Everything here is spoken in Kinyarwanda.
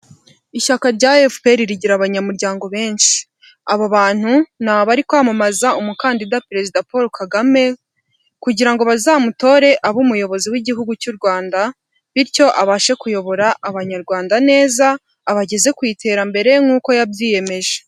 Ishyaka rya efuperi rigira abanyamuryango benshi abo bantu ni abari kwamamaza umukandida perezida Poro Kagame, kugirango ngo bazamutore abe umuyobozi w'igihugu cy'u Rwanda bityo abashe kuyobora abanyarwanda neza abageze ku iterambere nk'uko yabyiyemeje